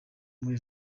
muri